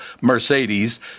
Mercedes